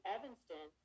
Evanston